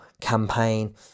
campaign